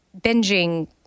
binging